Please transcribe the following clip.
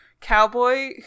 cowboy